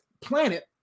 planet